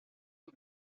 and